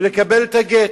ולקבל את הגט.